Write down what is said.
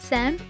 Sam